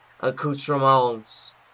accoutrements